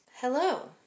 Hello